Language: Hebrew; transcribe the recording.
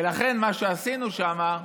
ולכן, מה שעשינו שם,